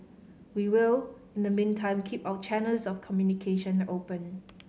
we will in the meantime keep our channels of communication open